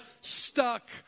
stuck